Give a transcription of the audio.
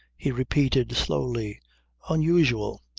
he repeated slowly unusual.